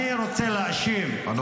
אני רוצה להאשים --- את מי הוא מצחיק?